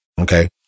Okay